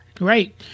Right